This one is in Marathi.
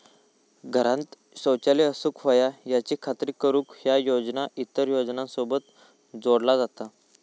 घरांत शौचालय असूक व्हया याची खात्री करुक ह्या योजना इतर योजनांसोबत जोडला जाता